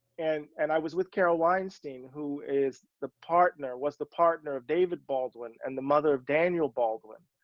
and, and i was with carole weinstein, who is the partner, was the partner of david baldwin and the mother of daniel baldwin,